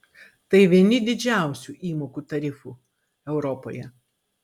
tai vieni didžiausių įmokų tarifų europoje